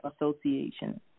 Association